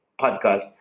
podcast